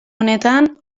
honetan